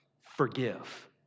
forgive